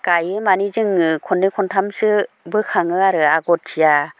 गायो मानि जोङो खनै खनथामसो बोखाङो आरो आगथिया